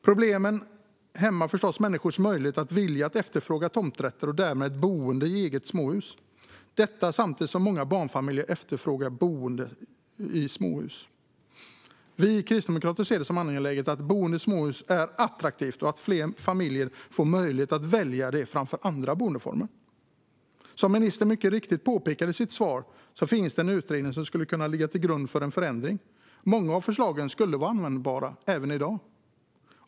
Problemen hämmar förstås människors möjlighet och vilja att efterfråga tomträtt och därmed ett boende i eget småhus samtidigt som många barnfamiljer efterfrågar boende i småhus. Vi kristdemokrater ser det som angeläget att boende i småhus är attraktivt och att fler familjer får möjligheten att välja det framför andra boendeformer. Som ministern mycket riktigt påpekade i sitt svar finns det en utredning som skulle kunna ligga till grund för en förändring. Många av förslagen skulle vara användbara även i dag.